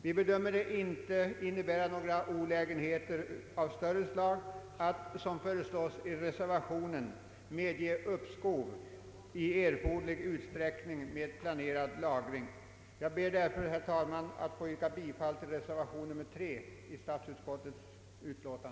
Vi bedömer det inte innebära några större olägenheter att, som föreslås i reservationen, medge uppskov i Jag ber därför, herr talman, att få yrka bifall till reservationen.